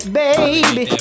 baby